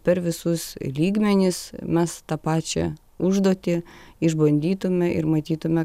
per visus lygmenis mes tą pačią užduotį išbandytume ir matytume